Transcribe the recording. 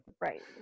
right